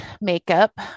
makeup